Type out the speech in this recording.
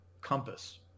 compass